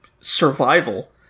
survival